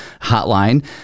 hotline